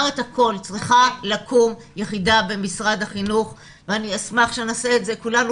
צריכה לקום יחידה במשרד החינוך ואני אשמח שנעשה את זה כולנו